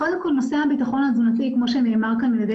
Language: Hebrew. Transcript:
קודם כל נושא הבטחון התזונתי כמו שנאמר כאן על ידי